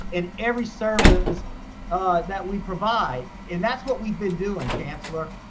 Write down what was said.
and every service that we provide. and that's what we've been doing, chancellor.